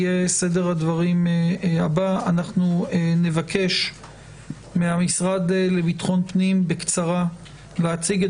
אנחנו נבקש מהמשרד לביטחון פנים בקצרה להציג את